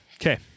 Okay